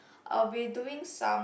I'll be doing some